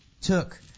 took